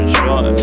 short